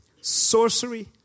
sorcery